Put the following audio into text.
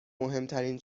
مهمترین